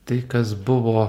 tai kas buvo